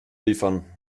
liefern